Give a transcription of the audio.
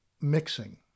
mixing